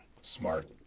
Smart